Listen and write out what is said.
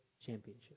championship